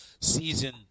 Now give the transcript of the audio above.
season